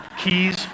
Keys